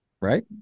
Right